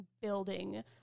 building